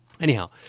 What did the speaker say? anyhow